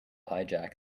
hijack